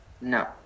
No